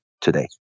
today